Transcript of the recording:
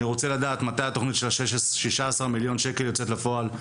אני רוצה לדעת מתי התכנית של השישה עשר מיליון שקל יוצאת לפועל,